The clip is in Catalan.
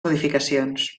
modificacions